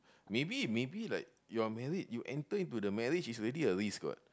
maybe maybe like you're married you enter into the marriage it's already a risk what